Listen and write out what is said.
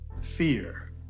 fear